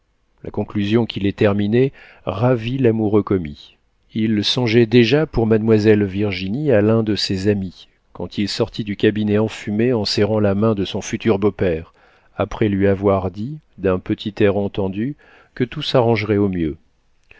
la conclusion qui les terminait ravit l'amoureux commis il songeait déjà pour mademoiselle virginie à l'un de ses amis quand il sortit du cabinet enfumé en serrant la main de son futur beau-père après lui avoir dit d'un petit air entendu que tout s'arrangerait au mieux